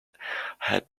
had